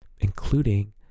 including